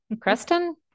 Creston